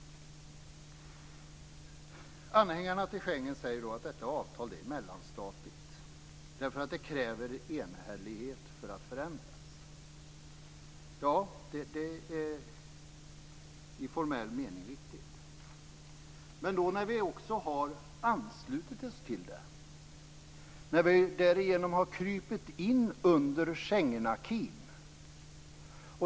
Anhängarna till Schengen säger att detta avtal är mellanstatligt därför att det kräver enhällighet för att förändras. Ja, det är i formell mening riktigt. När vi också anslutit oss till det har vi därigenom krupit in under Schengenakin.